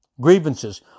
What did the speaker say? Grievances